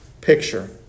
picture